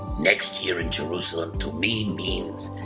next year in jerusalem, to me means,